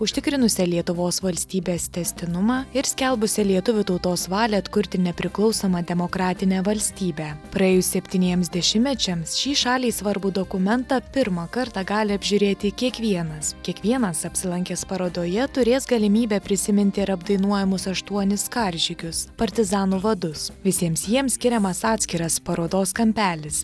užtikrinusią lietuvos valstybės tęstinumą ir skelbusią lietuvių tautos valią atkurti nepriklausomą demokratinę valstybę praėjus septyniems dešimtmečiams šį šaliai svarbų dokumentą pirmą kartą gali apžiūrėti kiekvienas kiekvienas apsilankęs parodoje turės galimybę prisiminti ir apdainuojamus aštuonis karžygius partizanų vadus visiems jiems skiriamas atskiras parodos kampelis